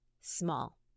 small